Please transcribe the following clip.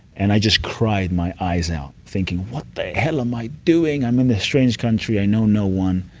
and i just cried my eyes out, thinking, what the hell am i doing? i'm in this strange country. i know no one.